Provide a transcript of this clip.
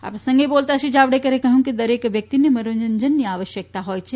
આ પ્રસંગે બોલતાં શ્રી જાવડેકરે કહ્યું કે દરેક વ્યક્તિને મનોરંજનની આવશ્યકતા હોય છે